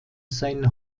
sein